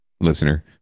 Listener